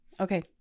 Okay